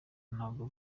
ntago